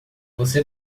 você